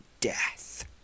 death